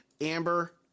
Amber